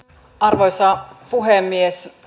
arvoisa puhemies